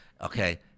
Okay